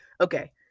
okay